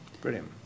Brilliant